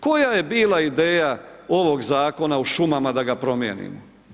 Koja je bila ideja ovog Zakona o šumama da ga promijenim?